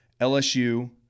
LSU